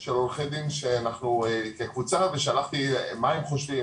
של עורכי דין שאנחנו כקבוצה ושלחתי שאלה מה הם חושבים,